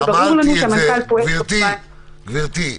וברור לנו שהמנכ"ל פועל --- אז, גברתי,